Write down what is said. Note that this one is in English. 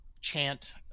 chant